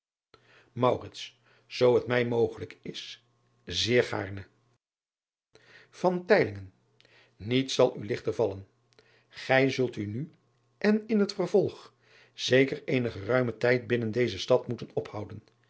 oo het mij mogelijk is zeer gaarne iets zal u ligter vallen ij zult u nu en in het vervolg zeker eenen geruimen tijd binnen deze stad moeten ophouden